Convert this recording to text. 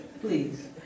Please